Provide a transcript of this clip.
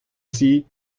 sie